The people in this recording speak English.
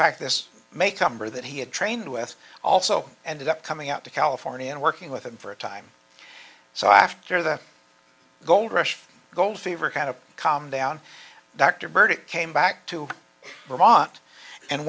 fact this may come or that he had trained with also ended up coming out to california and working with him for a time so after the gold rush gold fever kind of calmed down dr bird came back to vermont and